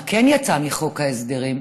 מה כן יצא מחוק ההסדרים: